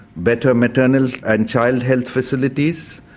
better maternal and child health facilities,